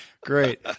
Great